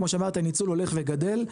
כמו שאמרתי הניצול הולך וגדל,